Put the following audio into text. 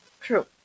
True